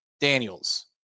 Daniels